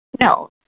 no